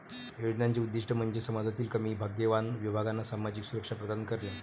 योजनांचे उद्दीष्ट म्हणजे समाजातील कमी भाग्यवान विभागांना सामाजिक सुरक्षा प्रदान करणे